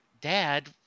Dad